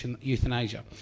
euthanasia